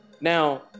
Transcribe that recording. Now